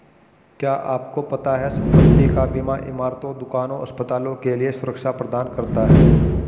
क्या आपको पता है संपत्ति का बीमा इमारतों, दुकानों, अस्पतालों के लिए सुरक्षा प्रदान करता है?